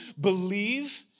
believe